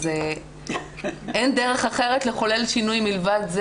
אז אין דרך אחרת לחולל שינוי מלבד זה